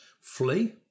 flee